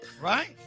right